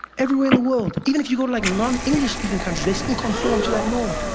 everywhere in the world, even if you go to like non english speaking countries, they still conform to that norm.